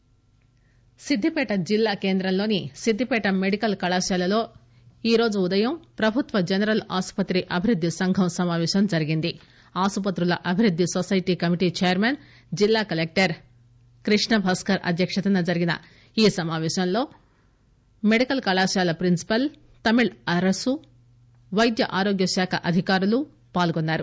మెదక్ సిద్దిపేట జిల్లా కేంద్రమైన సిద్దిపేట మెడికల్ కళాశాలలో బుధవారం ఉదయం ప్రభుత్వ జనరల్ ఆసుపత్రి అభివృద్ది సంఘ సమాపేశం ఆసుపత్రుల అభివృద్ది సోసైటీ కమిటీ చైర్మన్ జిల్లా కలెక్టర్ క్రిష్ణ భాస్కర్ అధ్యక్షతన మెడికల్ కళాశాల ప్రినిపల్ తమిళ్ అరసు పైద్య ఆరోగ్య శాఖ అధికారులు పాల్గొన్నారు